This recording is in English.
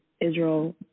Israel